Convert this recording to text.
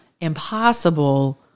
impossible